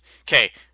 Okay